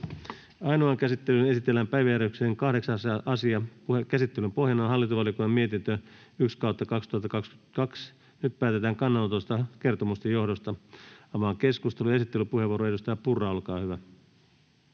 Ainoaan käsittelyyn esitellään päiväjärjestyksen 8. asia. Käsittelyn pohjana on hallintovaliokunnan mietintö HaVM 1/2022 vp. Nyt päätetään kannanotosta kertomusten johdosta. — Avaan keskustelun. Esittelypuheenvuoro, edustaja Purra, olkaa hyvä.